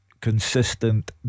Consistent